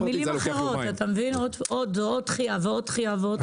במילים אחרות: עוד דחייה ועוד דחייה ועוד דחייה.